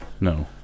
No